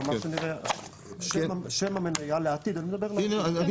כלומר שנראה שם המניה לעתיד, אני מדבר לעתיד.